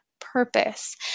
purpose